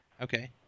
Okay